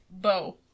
bow